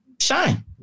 shine